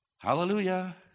Hallelujah